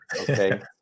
okay